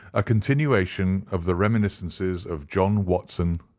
a continuation of the reminiscences of john watson,